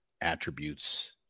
attributes